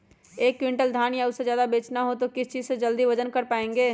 एक क्विंटल धान या उससे ज्यादा बेचना हो तो किस चीज से जल्दी वजन कर पायेंगे?